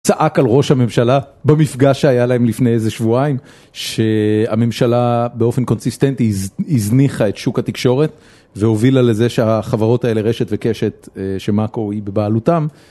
צעק על ראש הממשלה במפגש שהיה להם לפני איזה שבועיים שהממשלה באופן קונסיסטנטי הזניחה את שוק התקשורת והובילה לזה שהחברות האלה רשת וקשת שמאקו היא בבעלותם